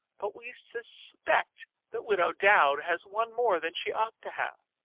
but we suspect that widow dowd has one more than she ought to have.